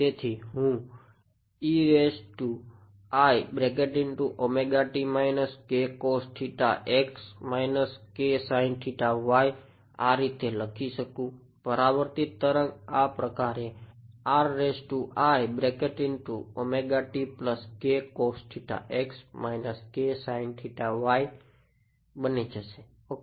તેથી હું આ રીતે લખી શકું પરાવર્તિત તરંગ આ પ્રકારે બની જશે ઓકે